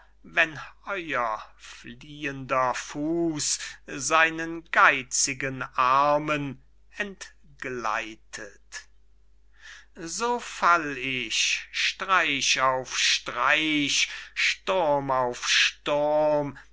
euer fliehender fuß seinen geitzigen armen entgleitet so fall ich streich auf streich sturm auf sturm